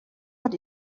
hat